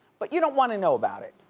but you don't wanna know about it.